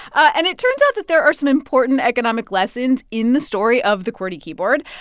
and it turns out that there are some important economic lessons in the story of the qwerty keyboard,